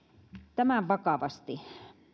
tämän vakavasti